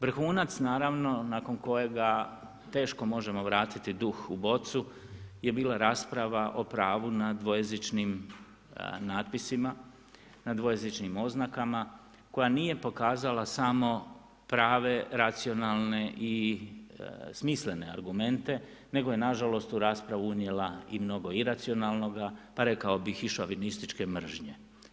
Vrhunac naravno nakon kojega teško možemo vratiti duh u bocu je bila rasprava o pravu na dvojezičnim natpisima, na dvojezičnim oznakama koja nije pokazala samo prave racionalne i smislene argumente, nego je na žalost u raspravu unijela i mnogo iracionalnoga, pa rekao bih i šovinističke mržnje.